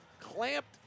clamped